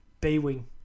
B-Wing